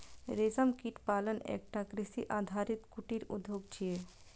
रेशम कीट पालन एकटा कृषि आधारित कुटीर उद्योग छियै